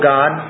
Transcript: God